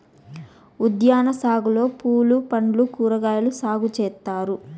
ఉద్యాన సాగులో పూలు పండ్లు కూరగాయలు సాగు చేత్తారు